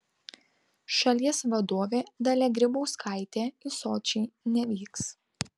šalies vadovė dalia grybauskaitė į sočį nevyks